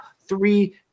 three